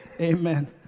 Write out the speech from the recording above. Amen